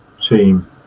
team